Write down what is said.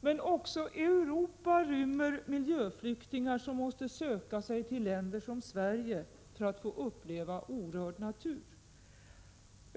Men också Europa rymmer miljöflyktingar, som måste söka sig till länder som Sverige för att få uppleva orörd natur.